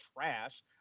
trash